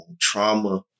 trauma